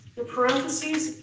the parentheses,